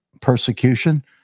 persecution